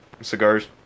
cigars